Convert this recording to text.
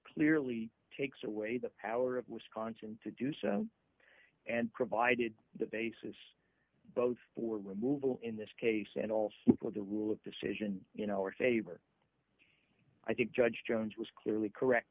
clearly takes away the power of wisconsin to do so and provided the basis both for removal in this case and also with the rule of decision you know it favor i think judge jones was clearly correct